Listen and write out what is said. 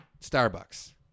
Starbucks